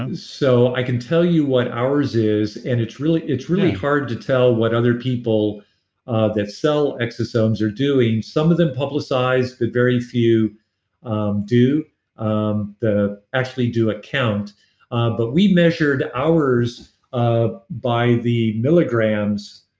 um so i can tell you what ours is and it's really it's really hard to tell what other people ah that sell exosomes are doing. some of them publicize, but very few um do um that actually do account but we measured ours ah by the milligrams